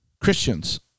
Christians